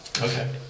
Okay